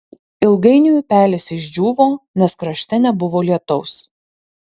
ilgainiui upelis išdžiūvo nes krašte nebuvo lietaus